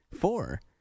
Four